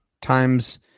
times